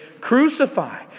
Crucify